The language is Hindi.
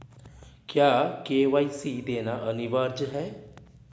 क्या के.वाई.सी देना अनिवार्य है?